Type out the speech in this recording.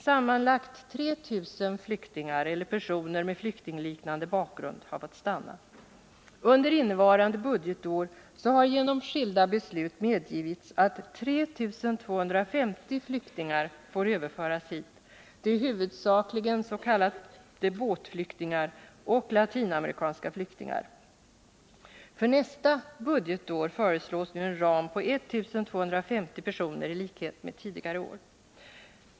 Sammanlagt 3 000 flyktingar eller personer med flyktingliknande bakgrund har fått stanna. Under innevarande budgetår har genom skilda beslut medgivits att 3 250 flyktingar får överföras hit. Det är huvudsakligen s.k. båtflyktingar och latinamerikanska flyktingar. För nästa budgetår föreslås en ram på 1 250 personer i likhet med tidigare år.